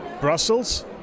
Brussels